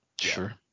Sure